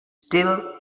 still